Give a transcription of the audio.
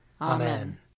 Amen